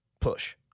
Push